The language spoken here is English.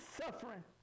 suffering